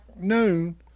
noon